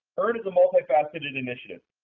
earn is a multifaceted initiative,